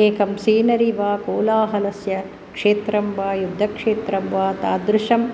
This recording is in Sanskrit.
एकं सीनरि वा कोलाहलस्य क्षेत्रं व युद्धक्षेत्रं व तादृशं